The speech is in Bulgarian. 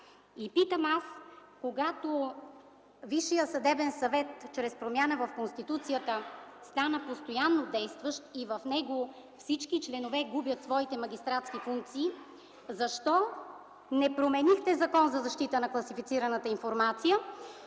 И питам аз, когато Висшият съдебен съвет чрез промяна в Конституцията стана постоянно действащ и в него всички членове губят своите магистратски функции, защо не променихте Закона за класифицираната информация?